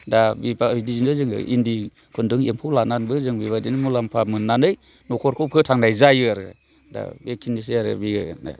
दा बेबायदिनो जोङो इन्दि खुन्दुं एम्फौ लानानैबो जों बेबायदिनो मुलामफा मोननानै न'खरखौ फोथांनाय जायो दा बेखिनिसै आरो बियो